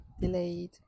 delayed